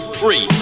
free